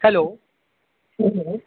hello